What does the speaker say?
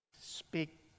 Speak